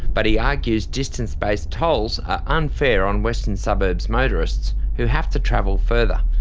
but he argues distance-based tolls are unfair on western suburbs motorists, who have to travel further.